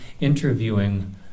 interviewing